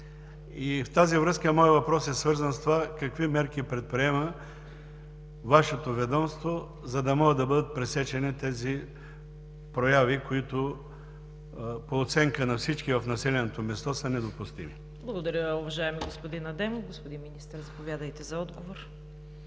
В тази връзка моят въпрос е свързан с това: какви мерки предприема Вашето ведомство, за да могат да бъдат пресечени тези прояви, които по оценка на всички в населеното място, са недопустими? ПРЕДСЕДАТЕЛ ЦВЕТА КАРАЯНЧЕВА: Благодаря, уважаеми господин Адемов. Господин Министър, заповядайте за отговор.